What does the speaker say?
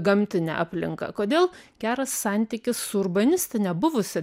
gamtine aplinka kodėl geras santykis su urbanistine buvusia